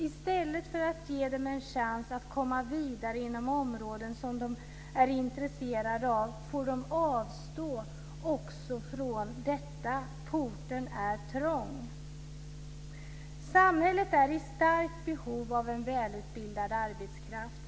I stället för att ge dem en chans att komma vidare inom områden som de är intresserade av får de avstå också från detta. Porten är trång! Samhället är i starkt behov av en välutbildad arbetskraft.